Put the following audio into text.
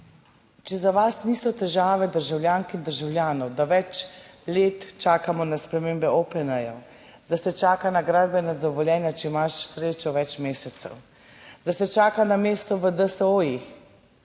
če za vas niso težave državljank in državljanov, da več let čakamo na spremembe OPN, da se čaka na gradbena dovoljenja, če imaš srečo več mesecev, da se čaka na mesto v DSO.